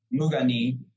Mugani